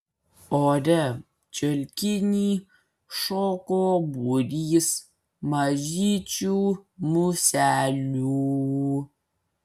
ore čiulkinį šoko būrys mažyčių muselių